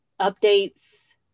updates